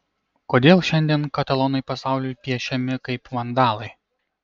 kodėl šiandien katalonai pasauliui piešiami kaip vandalai